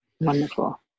Wonderful